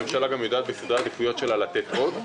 הממשלה גם יודעת בסדרי העדיפויות שלה לתת עוד.